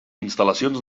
instal·lacions